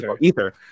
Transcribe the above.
ether